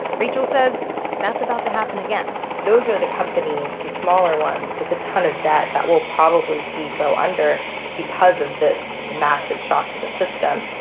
rachel says that's about to happen again those are the companies the smaller ones with a ton of debt that we'll probably see go under because of this massive shock to the system.